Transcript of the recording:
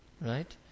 Right